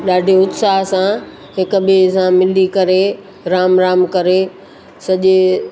ॾाढी उत्साह सां हिक ॿिए सां मिली करे राम राम करे सॼे